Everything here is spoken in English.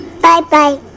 Bye-bye